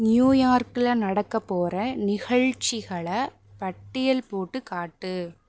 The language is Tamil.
நியூயார்க்கில் நடக்கப்போகிற நிகழ்ச்சிகளை பட்டியல் போட்டுக்காட்டு